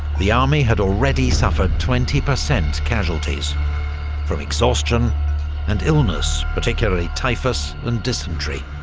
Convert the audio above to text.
the army had already suffered twenty percent casualties from exhaustion and illness, particularly typhus and dysentery.